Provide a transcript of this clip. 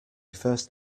first